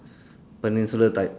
peninsula type